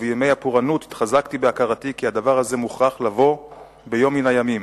ובימי הפורענות התחזקתי בהכרתי שהדבר הזה מוכרח לבוא ביום מן הימים,